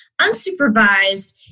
Unsupervised